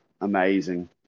amazing